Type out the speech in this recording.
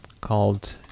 called